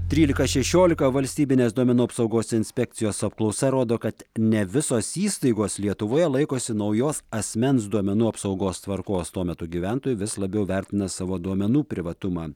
trylika šešiolika valstybinės duomenų apsaugos inspekcijos apklausa rodo kad ne visos įstaigos lietuvoje laikosi naujos asmens duomenų apsaugos tvarkos tuo metu gyventojai vis labiau vertina savo duomenų privatumą